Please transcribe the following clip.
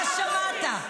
מה שמעת?